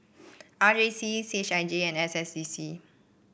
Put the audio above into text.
R J C C H I J and S S D C